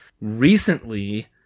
Recently